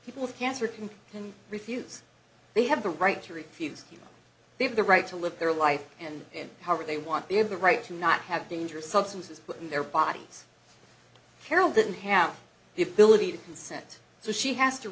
people with cancer and can refuse they have the right to refuse they have the right to live their life and however they want they have the right to not have dangerous substances put in their bodies carol didn't have the ability to consent so she has to